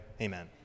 Amen